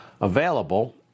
available